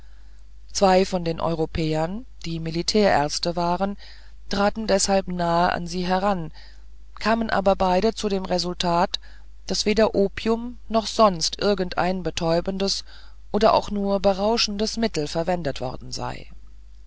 zwei von den europäern die militärärzte waren traten deshalb nahe an sie heran kamen aber beide zu dem resultat daß weder opium noch sonst irgendein betäubendes oder auch nur berauschendes mittel verwendet worden sei